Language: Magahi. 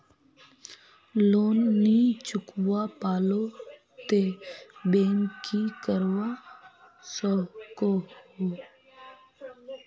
लोन नी चुकवा पालो ते बैंक की करवा सकोहो?